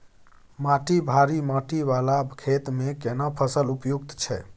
माटी भारी माटी वाला खेत में केना फसल उपयुक्त छैय?